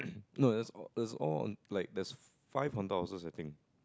no it's it's all on like there's five haunted houses I think